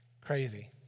Crazy